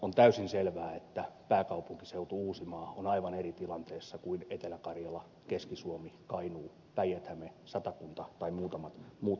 on täysin selvää että pääkaupunkiseutu uusimaa on aivan eri tilanteessa kuin etelä karjala keski suomi kainuu päijät häme satakunta tai muutamat muut alueet